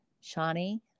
Shawnee